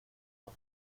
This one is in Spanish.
los